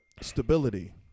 stability